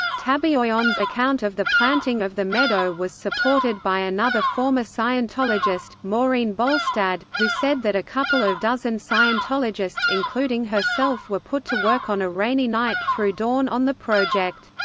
tabayoyon's account of the planting of the meadow was supported by another former scientologist, maureen bolstad, who said that a couple of dozen scientologists including herself were put to work on a rainy night through dawn on the project.